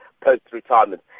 post-retirement